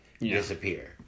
disappear